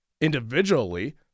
individually